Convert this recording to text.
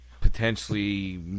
potentially